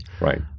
Right